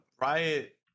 Riot